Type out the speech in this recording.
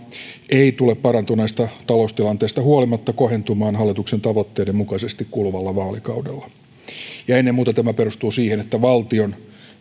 ei tule parantuneesta taloustilanteesta huolimatta kohentumaan hallituksen tavoitteiden mukaisesti kuluvalla vaalikaudella ennen muuta tämä perustuu siihen että valtion